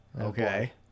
okay